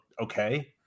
okay